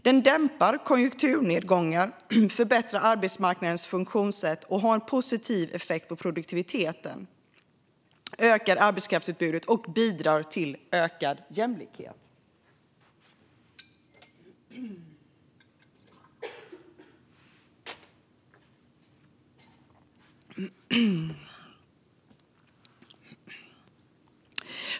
Den dämpar konjunkturnedgångar, förbättrar arbetsmarknadens funktionssätt, har en positiv effekt på produktiviteten, ökar arbetskraftsutbudet och bidrar till ökad jämlikhet.